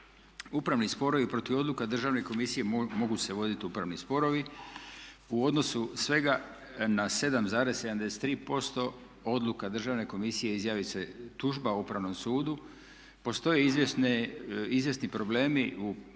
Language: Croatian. Upravni sporovi protiv odluka Državne komisije mogu se voditi. U odnosu svega na 7,73% odluka Državne komisije izjavi se tužba Upravnom sudu. Postoje izvjesni problemi u pravnoj